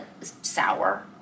sour